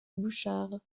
bouchard